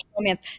romance